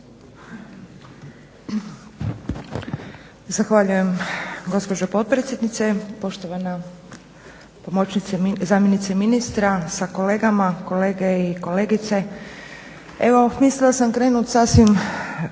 Zahvaljujem gospođo potpredsjednice. Poštovana zamjenice ministra sa kolegama, kolegice i kolege. Evo mislila sam krenuti sasvim